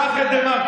קח את דה-מרקר.